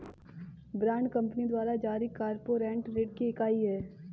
bond company द्वारा जारी corporate ऋण की इकाइयां हैं